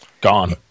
Gone